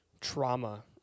trauma